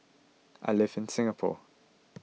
I live in Singapore